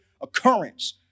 occurrence